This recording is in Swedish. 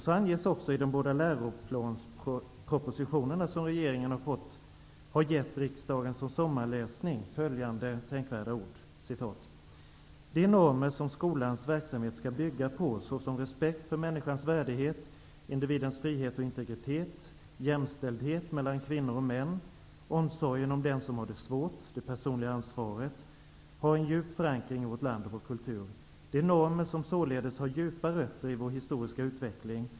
Så anges också i de båda läroplanspropositioner som regeringen har gett riksdagen som sommarläsning följande tänkvärda ord: ''De normer, som skolans verksamhet skall bygga på, såsom respekt för människans värdighet, individens frihet och integritet, jämställdhet mellan kvinnor och män, omsorgen om den som har det svårt, det personliga ansvaret, har en djup förankring i vårt land och vår kultur. Det är normer, som således har djupa rötter i vår historiska utveckling.